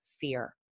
fear